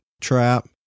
Trap